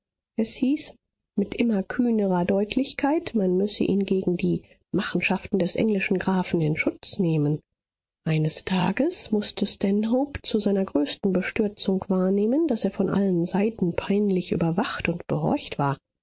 es hieß mit immer kühnerer deutlichkeit man müsse ihn gegen die machenschaften des englischen grafen in schutz nehmen eines tages mußte stanhope zu seiner größten bestürzung wahrnehmen daß er von allen seiten peinlich überwacht und behorcht war